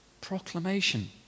proclamation